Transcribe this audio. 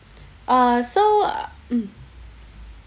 uh so mm